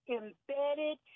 embedded